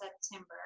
September